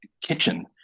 kitchen